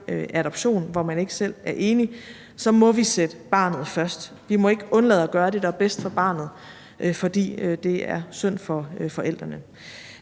adoption, når man ikke selv er enig, må vi sætte barnet først. Vi må ikke undlade at gøre det, der er bedst for barnet, fordi det er synd for forældrene.